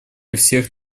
всех